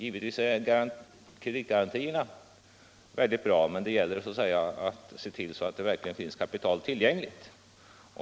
Givetvis är kreditgarantierna bra, men det gäller att se till att det också finns kapital tillgängligt.